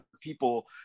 people